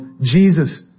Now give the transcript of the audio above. Jesus